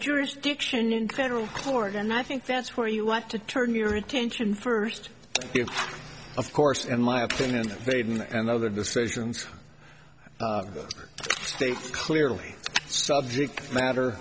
jurisdiction in federal court and i think that's where you want to turn your attention first of course in my opinion they didn't and the other decisions states clearly subject matter